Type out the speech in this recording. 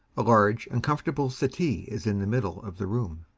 a large and comfortable settee is in the middle of the room,